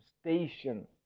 station